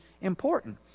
important